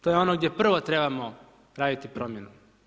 To je ono gdje prvo trebamo raditi promjenu.